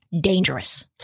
Dangerous